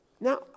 Now